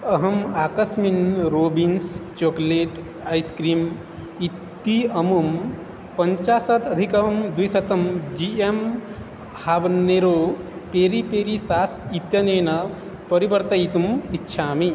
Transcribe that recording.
अहं Baskin Robbins chocolate ice cream इत्यमुं पञ्चाशतधिकद्विशतं G M habanero peri peri sauce इत्यनेन परिवर्तयितुम् इच्छामि